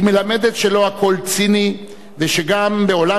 היא מלמדת שלא הכול ציני ושגם בעולם